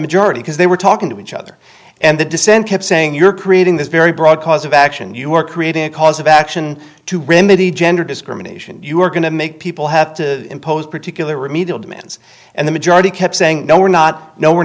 majority because they were talking to each other and the dissent kept saying you're creating this very broad cause of action you're creating a cause of action to remedy gender discrimination you're going to make people have to impose particular remedial demands and the majority kept saying no we're not no we're